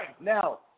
Now